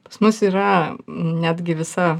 pas mus yra netgi visa